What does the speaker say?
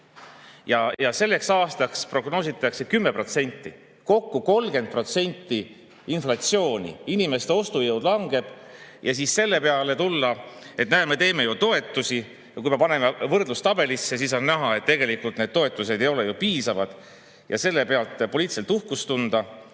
ja selleks aastaks prognoositakse 10%, kokku 30% inflatsiooni, siis inimeste ostujõud langeb. Ja selle peale tulla, et näe, me teeme ju toetusi – kui me paneme võrdlustabelisse, siis on näha, et tegelikult need toetused ei ole piisavad –, ja selle pealt poliitiliselt uhkust tunda